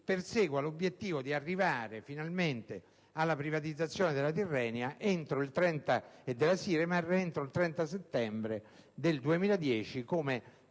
persegua l'obiettivo di arrivare finalmente alla privatizzazione della Tirrenia e della Siremar entro il 30 settembre 2010,